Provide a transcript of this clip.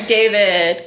David